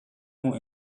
more